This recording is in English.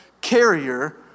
carrier